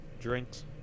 drinks